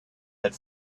had